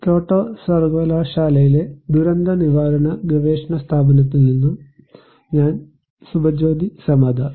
Kyoto സർവകലാശാലയിലെ ദുരന്ത നിവാരണ ഗവേഷണ സ്ഥാപനത്തിൽ നിന്നും ഡിപിആർഐ ഞാൻ സുഭജ്യോതി സമാദാർ